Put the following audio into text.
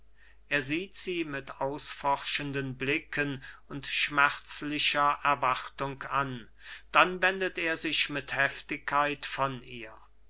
er sieht sie mit ausforschenden blicken und schmerzlicher erwartung an dann wendet er sich mit heftigkeit von ihr